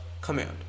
command